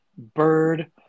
bird